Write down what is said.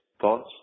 thoughts